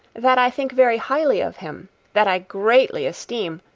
that i think very highly of him that i greatly esteem,